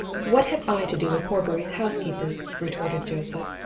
what have i to do with horbury's housekeeper? retorted joseph.